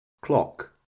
Clock